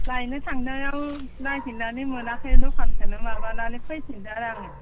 लायनो थांनायाव नागिरनानै मोनाखै दखानखौनो माबानानै फैफिनबाय आं